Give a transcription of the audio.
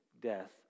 death